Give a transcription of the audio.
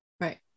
Right